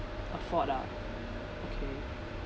afford ah okay